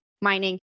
mining